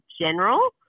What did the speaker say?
general